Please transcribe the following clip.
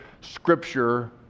Scripture